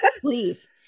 Please